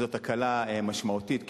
זו הקלה משמעותית,